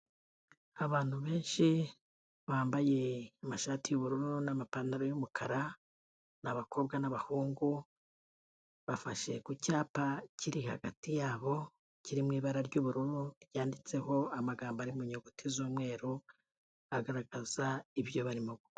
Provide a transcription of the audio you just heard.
Abantu benshi bambaye amashati y'ubururu n'amapantaro y'umukara, ni abakobwa n'abahungu bafashe ku cyapa kiri hagati yabo kiri mu ibara ry'ubururu ryanditseho amagambo ari mu nyuguti z'umweru agaragaza ibyo barimo gukora.